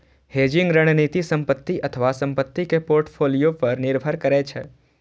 hedging रणनीति संपत्ति अथवा संपत्ति के पोर्टफोलियो पर निर्भर करै छै